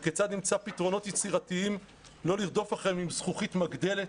וכיצד נמצא פתרונות יצירתיים לא לרדוף אחריהם עם זכוכית מגדלת,